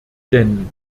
denn